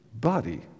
body